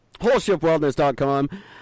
Wholeshipwellness.com